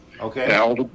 okay